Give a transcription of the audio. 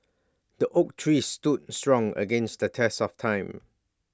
the oak tree stood strong against the test of time